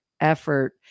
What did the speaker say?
effort